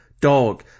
dog